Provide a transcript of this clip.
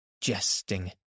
jesting